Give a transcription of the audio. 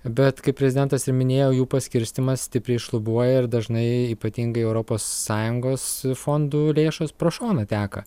bet kaip prezidentas ir minėjo jų paskirstymas stipriai šlubuoja ir dažnai ypatingai europos sąjungos fondų lėšos pro šoną teka